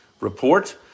report